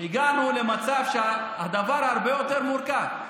הגענו למצב שהדבר הרבה יותר מורכב,